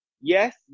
yes